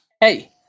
Hey